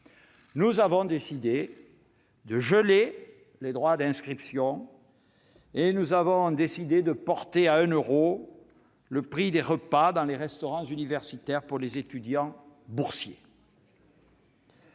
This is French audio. Nous avons décidé de geler les droits d'inscription et de porter à 1 euro le prix des repas dans les restaurants universitaires pour les étudiants boursiers.